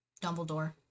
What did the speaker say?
Dumbledore